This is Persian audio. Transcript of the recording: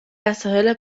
وسایل